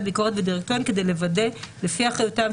ביקורת ודירקטוריון כדי לוודא לפי אחריותם,